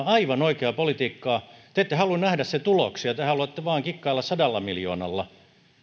aivan oikeaa politiikkaa te ette halua nähdä sen tuloksia te haluatte vain kikkailla sadalla miljoonalla